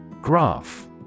Graph